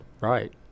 Right